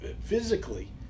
physically